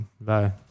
Bye